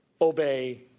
obey